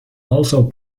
also